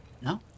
No